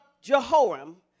Jehoram